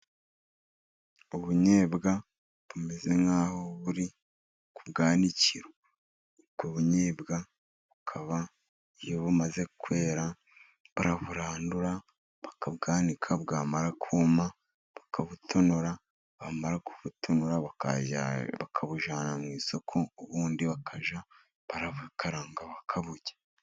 Ubunyobwa bumeze nk'aho buri ku bwanikiro, ubwo bunyobwa bukaba iyo bumaze kwera baraburandura, bakabwanika, bwamara kuma bakabutonora, bamara kubutonora bakabujyana mu isoko, ubundi bakajya babukaranga bakaburya.